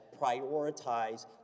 prioritize